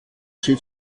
sie